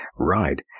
Right